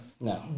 No